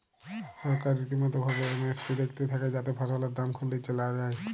সরকার রীতিমতো ভাবে এম.এস.পি দ্যাখতে থাক্যে যাতে ফসলের দাম খুব নিচে না যায়